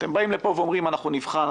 אתם באים לפה ואומרים: אנחנו נבחן,